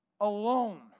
alone